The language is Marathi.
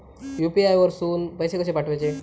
यू.पी.आय वरसून पैसे कसे पाठवचे?